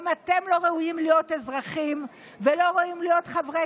גם אתם לא ראויים להיות אזרחים ולא ראויים להיות חברי